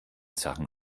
sachen